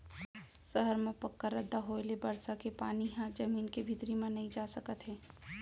सहर म पक्का रद्दा होए ले बरसा के पानी ह जमीन के भीतरी म नइ जा सकत हे